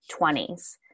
20s